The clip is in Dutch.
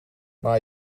maar